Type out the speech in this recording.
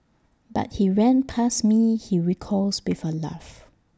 but he ran past me he recalls with A laugh